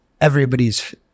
everybody's